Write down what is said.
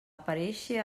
aparèixer